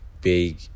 big